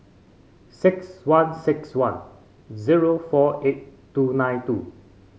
six one six one zero four eight two nine two